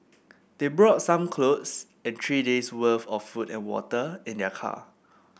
they brought some clothes and three days' worth of food and water in their car